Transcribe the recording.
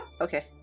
okay